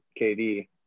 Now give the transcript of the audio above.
KD